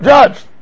Judge